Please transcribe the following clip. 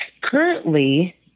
currently